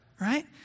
Right